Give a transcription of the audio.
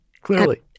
clearly